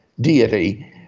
deity